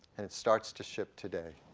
and it starts to ship today.